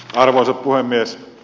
arvoisa puhemies